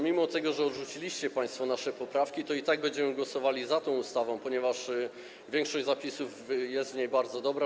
Mimo że odrzuciliście państwo nasze poprawki, to i tak będziemy głosowali za tą ustawą, ponieważ większość zapisów w niej jest bardzo dobra.